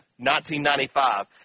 1995